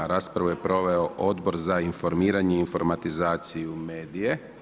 Raspravu je proveo Odbor za informiranje i informatizaciju i medije.